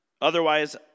Otherwise